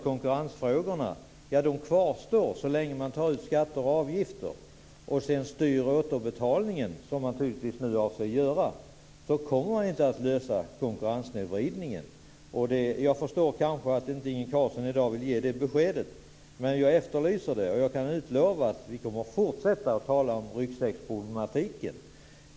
Konkurrensfrågorna kvarstår så länge man tar ut skatter och avgifter och styr återbetalningen så som man nu tydligen avser att göra. Då kommer man inte att kunna lösa frågan om konkurrenssnedvridningen. Jag kan väl förstå att Inge Carlsson i dag inte vill ge ett besked men jag efterlyser ett sådant och kan utlova att vi kommer att fortsätta att tala om ryggsäcksproblematiken.